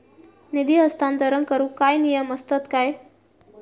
निधी हस्तांतरण करूक काय नियम असतत काय?